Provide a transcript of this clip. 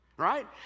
Right